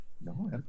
No